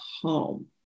home